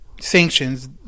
sanctions